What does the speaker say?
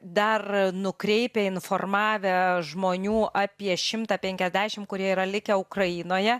dar nukreipę informavę žmonių apie šimtą penkiasdešim kurie yra likę ukrainoje